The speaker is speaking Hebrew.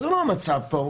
אבל זה לא המצב היום.